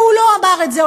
שהוא לא אמר את זה,